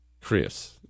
Chris